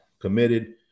committed